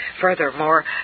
Furthermore